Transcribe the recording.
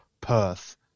Perth